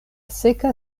seka